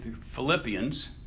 Philippians